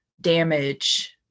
damage